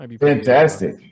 Fantastic